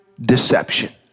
deception